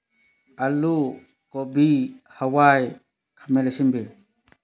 ꯑꯂꯨ ꯀꯣꯕꯤ ꯍꯋꯥꯏ ꯈꯥꯃꯦꯟ ꯑꯁꯤꯟꯕꯤ